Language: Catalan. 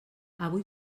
avui